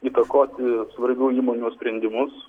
įtakoti svarbių įmonių sprendimus